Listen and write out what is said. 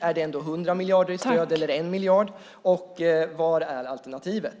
Är det 100 miljarder i stöd eller 1 miljard? Och var är alternativet?